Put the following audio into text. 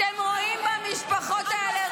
אתם מדברים עלינו?